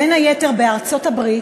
בין היתר בארצות-הברית,